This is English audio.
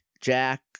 Jack